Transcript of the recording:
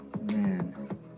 Man